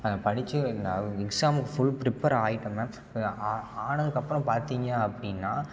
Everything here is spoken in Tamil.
படித்து எக்ஸாமு ஃபுல் ப்ரிப்பேர் ஆகிட்டேங்க ஆ ஆ ஆனதுக்கப்புறம் பார்த்தீங்க அப்படின்னா